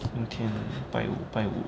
明天拜五拜五